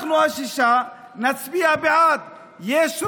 אנחנו, השישה, נצביע בעד, יש רוב.